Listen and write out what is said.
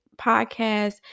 podcast